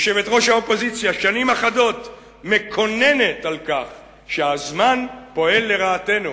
יושבת-ראש האופוזיציה זה שנים אחדות מקוננת על כך שהזמן פועל לרעתנו,